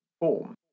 form